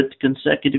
consecutive